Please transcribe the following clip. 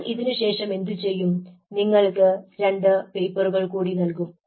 ഞാൻ ഇതിനുശേഷം എന്തുചെയ്യും നിങ്ങൾക്ക് രണ്ട് പേപ്പറുകൾ കൂടി നൽകും